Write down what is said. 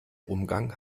umgang